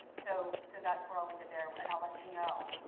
so so that's where i'll leave it there. and i'll let you know